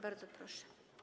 Bardzo proszę.